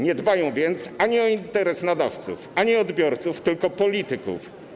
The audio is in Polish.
Nie dbają więc o interes ani nadawców, ani odbiorców, tylko polityków.